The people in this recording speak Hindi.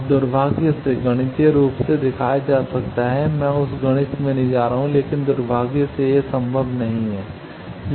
अब दुर्भाग्य से गणितीय रूप से दिखाया जा सकता है मैं उस गणित में नहीं जा रहा हूं लेकिन दुर्भाग्य से यह संभव नहीं है